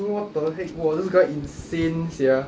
what the heck !wah! this guy insane sia